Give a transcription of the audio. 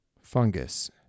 Fungus